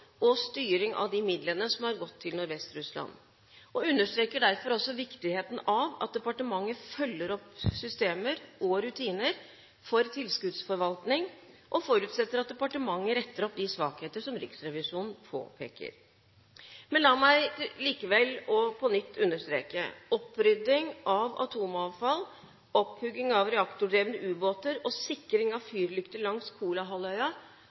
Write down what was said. og styring av de midlene som har gått til Nordvest-Russland og understreker derfor også viktigheten av at departementet følger opp systemer og rutiner for tilskuddsforvaltning, og forutsetter at departementet retter opp de svakheter som Riksrevisjonen påpeker. La meg likevel og på nytt understreke: Opprydding av atomavfall, opphugging av reaktordrevne ubåter og sikring av fyrlykter langs Kolahalvøya